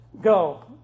go